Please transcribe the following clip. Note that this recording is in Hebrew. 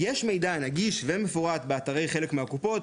יש מידע נגיש ודיי מפורט באתרים של חלק מהקופות,